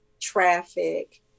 traffic